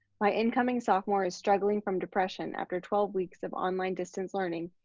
my incoming sophomore is struggling from depression after twelve weeks of online distance learning,